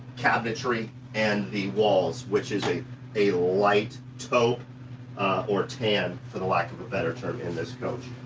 cabinetry and the walls, which is a a light tope or tan for the lack of a better term in this coach.